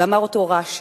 ואמר אותו רש"י: